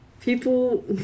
People